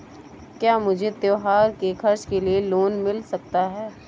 क्या मुझे त्योहार के खर्च के लिए लोन मिल सकता है?